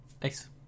Thanks